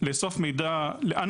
הדרישה של האמריקאים,